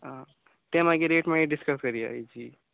आ तें मागीर एक मागी डिसकस करया हेजी